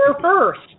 first